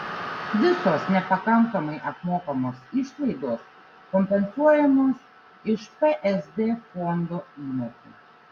visos nepakankamai apmokamos išlaidos kompensuojamos iš psd fondo įmokų